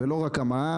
זה לא רק המע"מ.